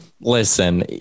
listen